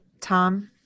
Tom